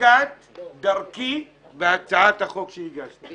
צדקת דרכי בהצעת החוק שהגשתי.